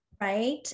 Right